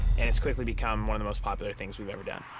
and it's quickly become one of the most popular things we've ever done.